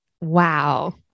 Wow